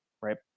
right